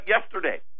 yesterday